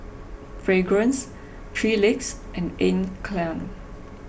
Fragrance three Legs and Anne Klein